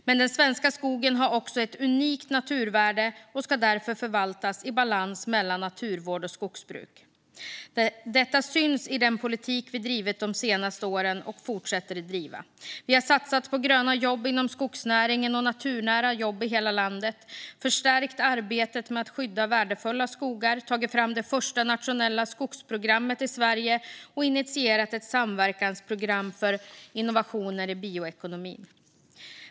Men den svenska skogen har också ett unikt naturvärde och ska därför förvaltas i balans mellan naturvård och skogsbruk. Detta syns i den politik vi har drivit de senaste åren och fortsätter att driva. Vi har satsat på gröna jobb inom skogsnäringen och naturnära jobb i hela landet, förstärkt arbetet med att skydda värdefulla skogar, tagit fram det första nationella skogsprogrammet i Sverige och initierat ett samverkansprogram för innovationer i bioekonomin.